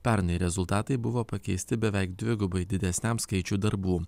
pernai rezultatai buvo pakeisti beveik dvigubai didesniam skaičiui darbų